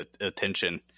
attention